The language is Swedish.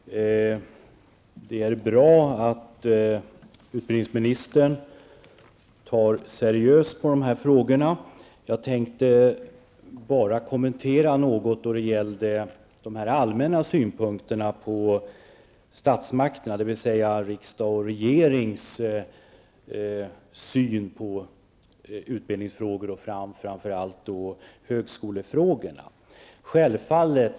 Fru talman! Det är bra att utbildningsministern ser seriöst på dessa frågor. Jag tänkte något kommentera de allmänna synpunkterna på statsmakterna, dvs. riksdagens och regeringens syn på utbildningsfrågor och framför allt högskolefrågorna.